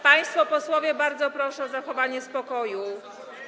Państwo posłowie, bardzo proszę o zachowanie spokoju.